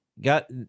got